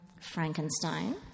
Frankenstein